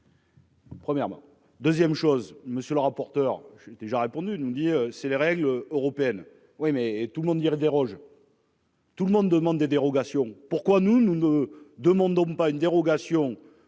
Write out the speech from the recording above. Premièrement 2ème chose monsieur le rapporteur, j'ai déjà répondu nous dit c'est les règles européennes. Oui mais et tout le monde dirait déroge. Tout le monde demande des dérogations, pourquoi nous, nous ne demandons pas une dérogation